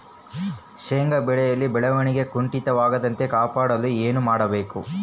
ಶೇಂಗಾ ಬೆಳೆಯಲ್ಲಿ ಬೆಳವಣಿಗೆ ಕುಂಠಿತವಾಗದಂತೆ ಕಾಪಾಡಲು ಏನು ಮಾಡಬೇಕು?